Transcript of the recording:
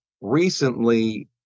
recently